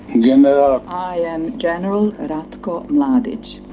you know ah i am general ratko mladic.